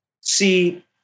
See